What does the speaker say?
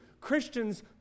Christians